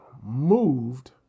moved